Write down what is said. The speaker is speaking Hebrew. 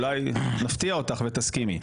אולי נפתיע אותך ותסכימי.